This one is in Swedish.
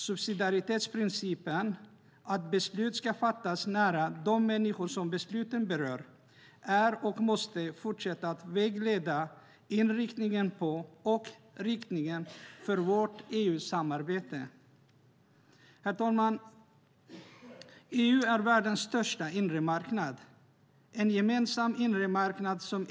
Subsidiaritetsprincipen, att beslut ska fattas nära de människor som besluten berör, måste fortsätta att vägleda inriktningen på och riktningen för vårt EU-samarbete. Herr talman! EU är världens största inre marknad.